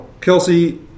Kelsey